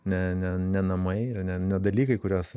ne ne ne namai ir ne ne dalykai kuriuos